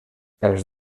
els